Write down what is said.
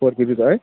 four जिबीको है